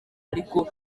ariko